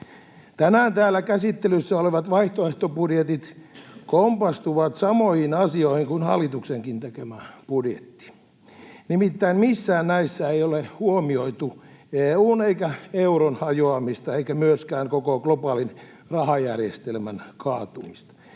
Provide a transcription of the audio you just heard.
Tänään täällä käsittelyssä olevat vaihtoehtobudjetit kompastuvat samoihin asioihin kuin hallituksenkin tekemä budjetti, nimittäin missään näissä ei ole huomioitu EU:n eikä euron hajoamista eikä myöskään koko globaalin rahajärjestelmän kaatumista.